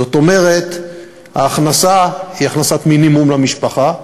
זאת אומרת, ההכנסה היא הכנסת מינימום למשפחה,